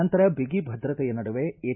ನಂತರ ಬಿಗಿ ಭದ್ರತೆಯ ನಡುವೆ ಎಚ್